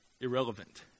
irrelevant